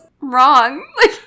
wrong